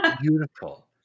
beautiful